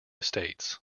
estates